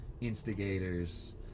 instigators